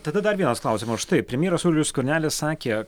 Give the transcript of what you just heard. tada dar vienas klausimas štai premjeras saulius skvernelis sakė